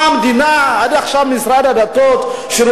מה, המדינה, עד עכשיו שירותי הדת נפגעו?